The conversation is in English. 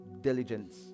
diligence